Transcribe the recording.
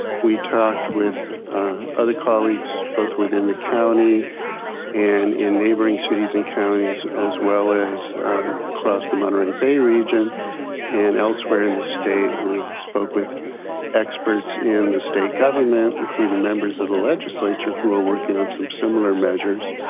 we talked with other colleagues, both within the county and in neighboring cities and counties. as well as across the monterey bay region and elsewhere in the state. we spoke with experts in the state government, including members of the legislature who are working on some similar measures.